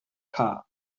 car